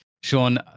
sean